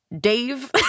Dave